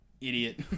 Idiot